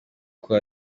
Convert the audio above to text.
uko